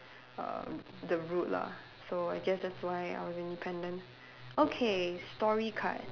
err the route lah so I guess that's why I was independent okay story card